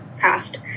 passed